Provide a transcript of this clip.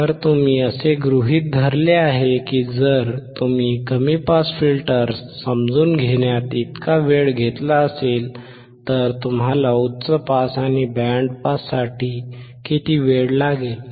तर तुम्ही असे गृहीत धरले आहे की जर तुम्ही कमी पास फिल्टर्स समजून घेण्यात इतका वेळ घेतला असेल तर तुम्हाला उच्च पास आणि बँड पाससाठी किती वेळ लागेल